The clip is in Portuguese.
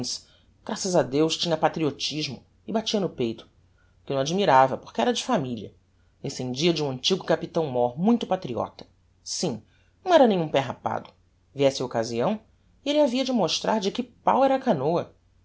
graças a deus tinha patriotismo e batia no peito o que não admirava porque era de familia descendia de um antigo capitão mór muito patriota sim não era nenhum pé rapado viesse a occasião e elle havia de mostrar de que pau era a canoa